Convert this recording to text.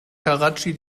karatschi